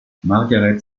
margaret